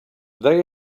they